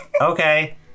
Okay